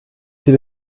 sie